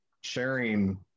sharing